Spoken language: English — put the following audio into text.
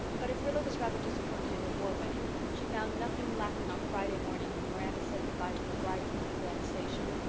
but if rilla was rather disappointed in the war wedding she found nothing lacking on friday morning when miranda said good-bye to her bridegroom at the glen station.